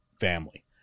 family